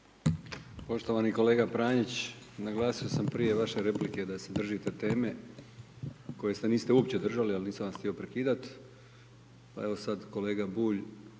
Poštovani kolega Pranić, naglasio sam prije vaše replike da se držite teme koje se niste uopće držali ali nisam vas htio prekidati. Pa evo sad kolega Bulj,